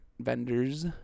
Vendors